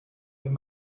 wenn